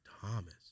Thomas